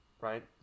right